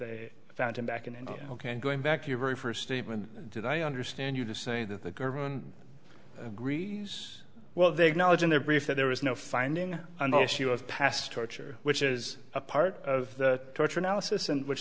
they found him back in india ok and going back to your very first statement did i understand you to say that the government agrees well they acknowledge in their brief that there is no finding on the issue of past torture which is a part of the torture analysis and which